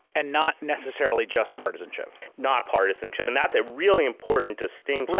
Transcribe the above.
and not necessarily just partisanship. not partisanship, and that's a really important distinction.